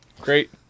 Great